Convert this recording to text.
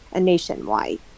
nationwide